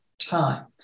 time